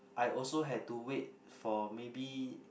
I also had to wait for maybe